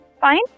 Fine